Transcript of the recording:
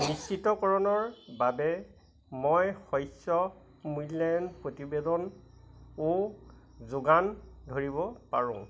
নিশ্চিতকৰণৰ বাবে মই শস্য মূল্যায়ন প্ৰতিবেদনো যোগান ধৰিব পাৰোঁ